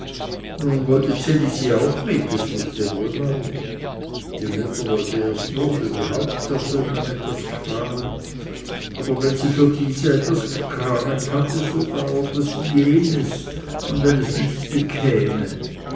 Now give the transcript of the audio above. nun wollte ds elisi auch mit es wußte wohl warum die mutter wollte erst nur für die hauptpersonen etwas kramen aber wenn sie für dieses gekramet hatte so dauerte sie jenes wenn es nichts bekäme